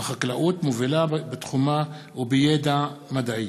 בחקלאות מובילה בתחומה ובידע מדעי.